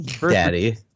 Daddy